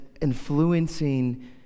influencing